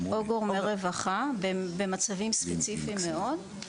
או גורמי רווחה במצבים ספציפיים מאוד.